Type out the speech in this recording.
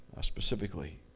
specifically